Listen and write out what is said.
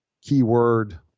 keyword